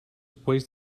weighs